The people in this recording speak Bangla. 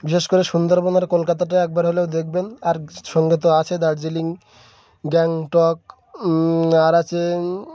বিশেষ করে সুন্দরবন আর কলকাতাটা একবার হলেও দেখবেন আর সঙ্গে তো আছে দার্জিলিং গ্যাংটক আর আছে